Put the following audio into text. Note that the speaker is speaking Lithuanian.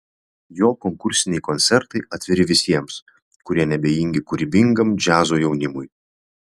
jo konkursiniai koncertai atviri visiems kurie neabejingi kūrybingam džiazo jaunimui